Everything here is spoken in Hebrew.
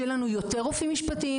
שיהיו לנו יותר רופאים משפטיים,